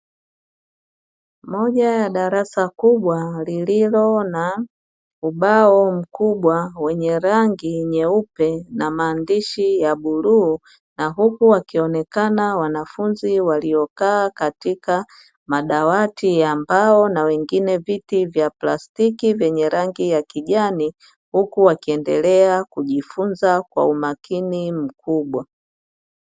Moja ya darasa kubwa lililo na ubao mkubwa wenye rangi nyeupe na maandishi ya buluu, na huku wakionekana wanafunzi waliokaa katika madawati ya mbao na wengine viti vya plastiki vyenye rangi ya kijani, huku wakiendelea kujifunza kwa umakini mkubwa.